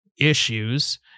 issues